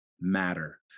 matter